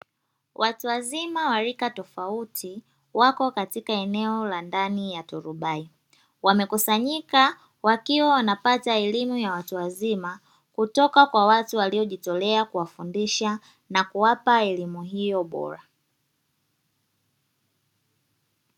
Watu wazima wa rika tofauti wako katika eneo la ndani ya turubali. Wamekusanyika wakiwa wanapata elimu ya watu wazima kutoka kwa watu waliojitolea kuwafundisha na kuwapa elimu hiyo bora.